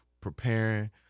preparing